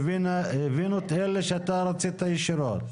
הבאנו את אלה שאתה רצית ישירות.